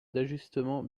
d’ajustement